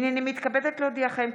הינני מתכבדת להודיעכם,